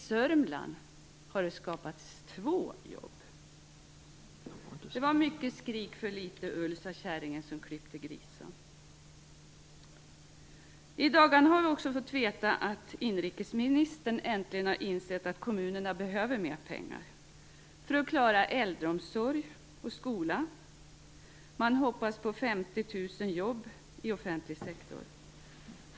I Södermanland har det skapats 2 jobb. Det var mycket skrik för litet ull, sade kärringen som klippte grisen. I dagarna har vi också fått veta att inrikesministern äntligen har insett att kommunerna behöver mer pengar, för att klara äldreomsorg och skola. Man hoppas på 50 000 jobb i offentlig sektor.